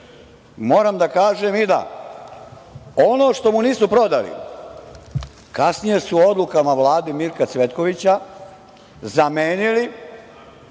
moram da kažem i da ono što mu nisu prodali kasnije su odlukama Vlade Mirka Cvetkovića zamenili